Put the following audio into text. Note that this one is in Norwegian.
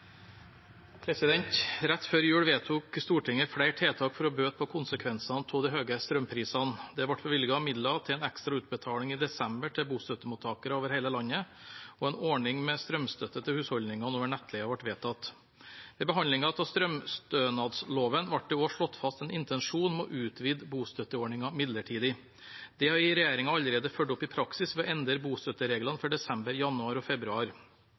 de høye strømprisene. Det ble bevilget midler til en ekstra utbetaling i desember til bostøttemottakere over hele landet, og en ordning med strømstøtte til husholdningene over nettleien ble vedtatt. Ved behandlingen av strømstønadsloven ble det også slått fast en intensjon om å utvide bostøtteordningen midlertidig. Det har regjeringen allerede fulgt opp i praksis ved å endre bostøttereglene for desember, januar og februar.